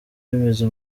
bimeze